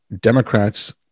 Democrats